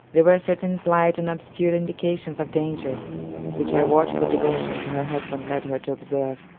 there were certain slight and obscure indications of danger which her watchful devotion to her husband led her to observe,